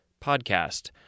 podcast